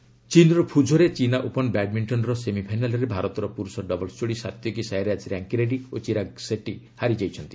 badminton ଚୀନ୍ର ଫୁଝୋରେ ଚୀନା ଓପନ୍ ବ୍ୟାଡ୍ମିଷ୍ଟନର ସେମିଫାଇନାଲ୍ରେ ଭାରତର ପୁରୁଷ ଡବଲ୍ସ ଯୋଡ଼ି ସାତ୍ୱିକି ସାଇରାଜ ରାଙ୍କିରେଡ଼ୁୀ ଓ ଚିରାଗ୍ ସେଟ୍ଟୀ ହାରିଯାଇଛନ୍ତି